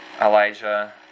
Elijah